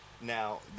Now